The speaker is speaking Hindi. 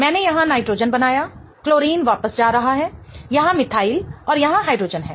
मैंने यहाँ नाइट्रोजन बनाया क्लोरीन वापस जा रहा है यहाँ मिथाइल और यहाँ हाइड्रोजन है